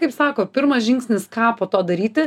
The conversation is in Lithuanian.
kaip sako pirmas žingsnis ką po to daryti